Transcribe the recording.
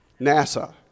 NASA